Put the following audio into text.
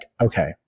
okay